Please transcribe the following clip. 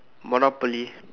Monopoly